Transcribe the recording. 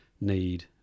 need